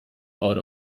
out